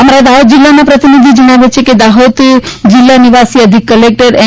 અમારા દાહોદ જિલ્લાના પ્રતિનિધી જણાવે છે કે દોહદ જિલ્લા નિવાસી અધિક કલેકટર એન